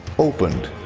opened,